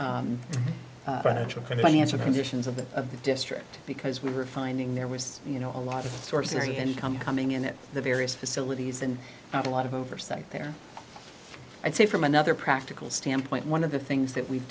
for the financial conditions of the of the district because we were finding there was you know a lot of sorcery income coming in at the various facilities and not a lot of oversight there i'd say from another practical standpoint one of the things that we've